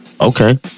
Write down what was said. Okay